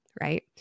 right